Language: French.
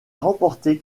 remporté